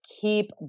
keep